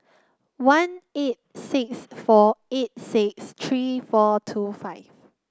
one eight six four eight six three four two five